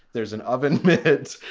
there's an oven mitts.